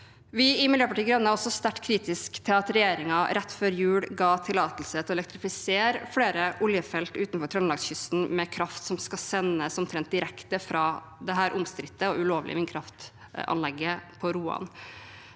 Vi i Miljøpartiet De Grønne er også sterkt kritisk til at regjeringen rett før jul ga tillatelse til å elektrifisere flere oljefelt utenfor trøndelagskysten med kraft som skal sendes omtrent direkte fra det omstridte og ulovlige vindkraftanlegget på Roan.